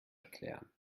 erklären